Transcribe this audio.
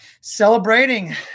celebrating